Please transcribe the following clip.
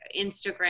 instagram